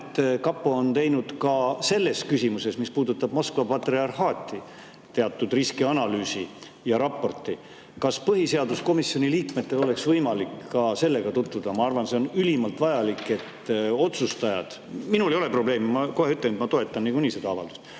kapo on teinud ka selles küsimuses, mis puudutab Moskva patriarhaati, teatud riskianalüüsi ja raporti. Kas põhiseaduskomisjoni liikmetel oleks võimalik sellega tutvuda? Ma arvan, et see on ülimalt vajalik. Minul ei ole probleemi, ma kohe ütlen, et ma toetan seda avaldust